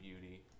beauty